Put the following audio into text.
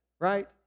right